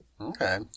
Okay